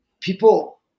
people